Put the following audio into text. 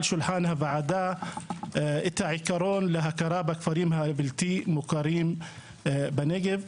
שולחן הוועדה את העיקרון להכרה בכפרים הבלתי מוכרים בנגב.